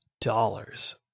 dollars